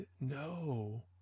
No